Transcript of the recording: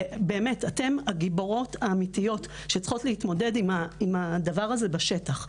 אתן באמת הגיבורות האמיתיות שצריכות להתמודד עם הדבר הזה בשטח.